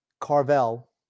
Carvel